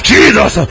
Jesus